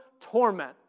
torment